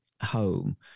home